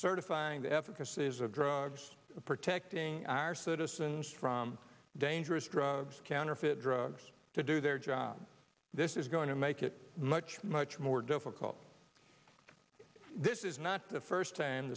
certifying the efficacies of drugs protecting our citizens from dangerous drugs counterfeit drugs to do their job this is going to make it much much more difficult this is not the first time